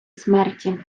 смерті